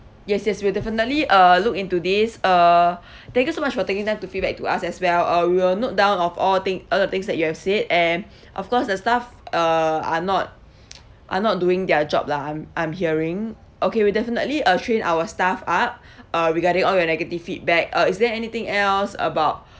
yes yes we'll definitely uh look into this uh thank you so much for taking time to feedback to us as well uh we'll note down of all thing all the things that you have said and of course the staff uh are not are not doing their job lah I'm I'm hearing okay we'll definitely uh train our staff up uh regarding all your negative feedback uh is there anything else about